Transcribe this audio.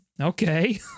Okay